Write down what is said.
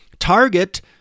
Target